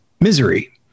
Misery